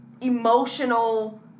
emotional